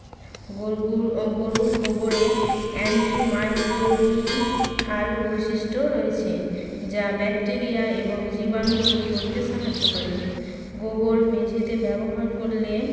গোবর গরুর গোবরে অ্যান্টিমাইক্রোবিআল বৈশিষ্ট্য রয়েছে যা ব্যাকটেরিয়া এবং জীবাণু দূর করতে সাহায্য করে গোবর মেঝেতে ব্যবহার করলে